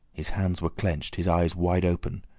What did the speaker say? his hands were clenched, his eyes wide open,